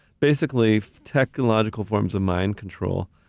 basically, technological forms of mind control,